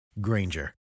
Granger